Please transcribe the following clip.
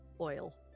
oil